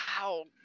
Wow